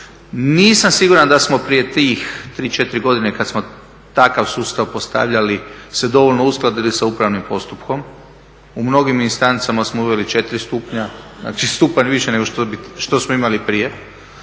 Nisam siguran da smo prije tih 3, 4 godine kada smo takav sustav postavljali se dovoljno uskladili sa upravnim postupkom, u mnogim instancama smo uveli 4 stupnja, znači stupanj više nego što smo imali prije